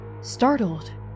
startled